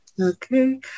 Okay